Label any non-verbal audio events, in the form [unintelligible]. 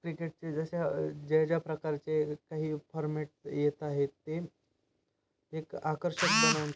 क्रिकेटचे जसे ज्या ज्या प्रकारचे काही फॉर्मॅट येत आहेत ते एक आकर्षक [unintelligible]